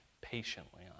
patiently